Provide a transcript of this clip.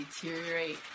deteriorate